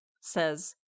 says